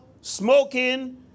smoking